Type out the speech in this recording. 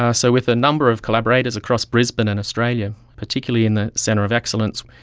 ah so with a number of collaborators across brisbane and australia, particularly in the centre of excellence,